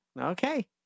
Okay